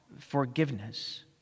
forgiveness